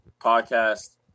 podcast